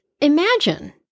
imagine